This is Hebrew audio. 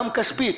גם כספית.